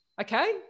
Okay